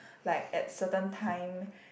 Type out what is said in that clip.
like at certain time